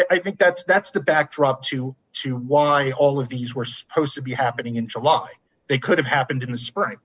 know i think that's that's the backdrop to to why all of these were supposed to be happening in july they could have happened in the spring